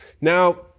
Now